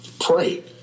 pray